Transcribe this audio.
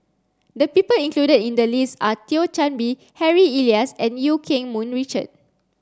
the people included in the list are Thio Chan Bee Harry Elias and Eu Keng Mun Richard